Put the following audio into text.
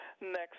Next